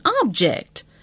object